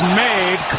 made